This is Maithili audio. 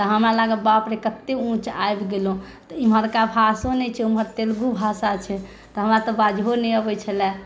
तऽ हमरा लागै बाप रे कतेक उँच आबि गेलहुँ तऽ एमहरका भाषो नहि छै ओमहर तेलगू भाषा छै तऽ हमरा तऽ बाजहो नहि अबै छलै